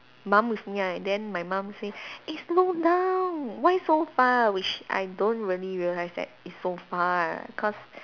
mum with me right then my mum say eh slow down why so far which I don't really realise that it's so far cause